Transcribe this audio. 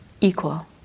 equal